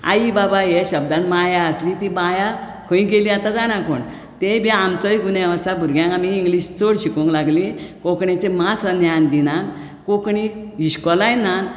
आई बाबा हे शब्दांत माया आसली ती माया खंय गेली आतां जाणा कोण तेंय बी आमचोय गुन्यांव आसा भुरग्यांक आमी इंग्लीश चड शिकोवंक लागली कोंकणीचे मात सुद्दां ज्ञान दीना कोंकणी इस्कॉलांय नात